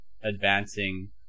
advancing